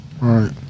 Right